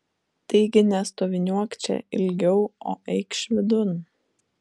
taigi nestoviniuok čia ilgiau o eikš vidun